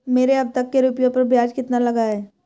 मेरे अब तक के रुपयों पर ब्याज कितना लगा है?